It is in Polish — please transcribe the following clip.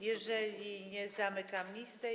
Jeżeli nie, zamykam listę.